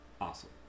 Awesome